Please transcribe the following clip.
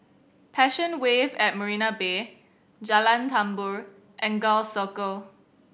Passion Wave at Marina Bay Jalan Tambur and Gul Circle